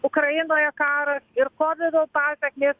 ukrainoje karas ir kovido pasekmės